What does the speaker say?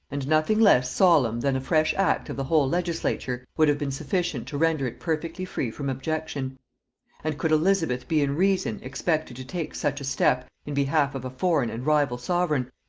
and nothing less solemn than a fresh act of the whole legislature would have been sufficient to render it perfectly free from objection and could elizabeth be in reason expected to take such a step in behalf of a foreign and rival sovereign,